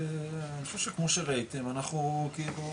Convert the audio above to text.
אני חושב שכמו שראיתם אנחנו כאילו